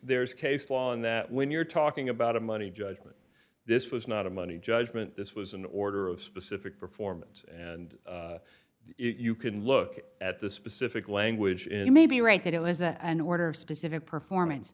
there's case law in that when you're talking about a money judgment this was not a money judgment this was an order of specific performance and you can look at the specific language in it may be right that it was an order of specific performance